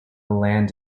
land